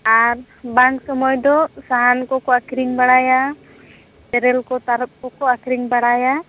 ᱟᱨ ᱵᱟᱝ ᱥᱳᱢᱚᱭ ᱫᱚ ᱥᱟᱦᱟᱱ ᱠᱚ ᱠᱚ ᱟᱹᱠᱷᱟᱨᱤᱧ ᱵᱟᱲᱟᱭᱟ ᱛᱮᱨᱮᱞ ᱠᱚ ᱛᱟᱨᱚᱯ ᱠᱚ ᱠᱚ ᱟᱹᱠᱷᱟᱨᱤᱧ ᱵᱟᱲᱟᱭᱟ